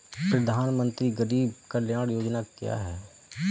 प्रधानमंत्री गरीब कल्याण योजना क्या है?